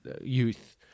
youth